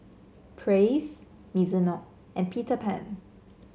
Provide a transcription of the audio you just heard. Praise Mizuno and Peter Pan